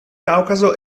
caucaso